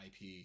IP